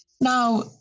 Now